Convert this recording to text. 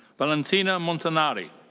valentina montanari.